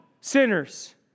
sinners